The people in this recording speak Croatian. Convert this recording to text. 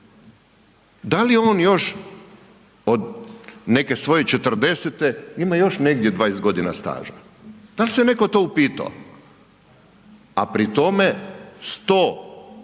da li je on još od neke svoje 40-te, ima još negdje 20 g. staža? Da li se netko to upitao? A pri tome 100, više